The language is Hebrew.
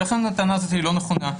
ולכן הטענה הזאת היא לא נכונה,